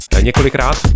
několikrát